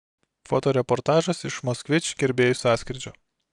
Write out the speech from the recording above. fotoreportažas iš moskvič gerbėjų sąskrydžio